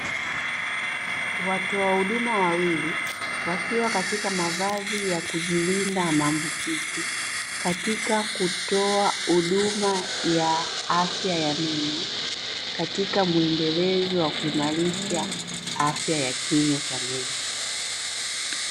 Watoa huduma wawili wakiwa katika mavazi ya kujilinda na maambukizi katika kutoa huduma ya afya ya meno katika mwendelezo wa kuimarisha afya ya kinywa cha meno.